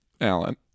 Alan